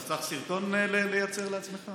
אתה צריך סרטון לייצר לעצמך?